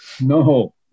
No